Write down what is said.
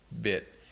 bit